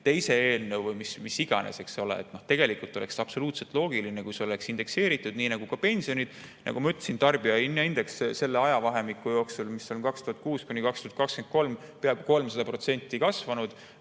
teise eelnõu või mis iganes, eks ole. Tegelikult oleks absoluutselt loogiline, kui see oleks indekseeritud, nii nagu on pensionid. Nagu ma ütlesin, tarbijahinnaindeks selle ajavahemiku jooksul, mis on 2006–2023, on peaaegu 300% kasvanud.